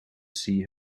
see